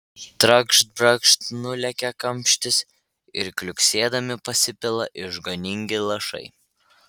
trakšt brakšt nulekia kamštis ir kliuksėdami pasipila išganingi lašai